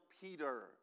Peter